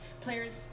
Players